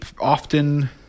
often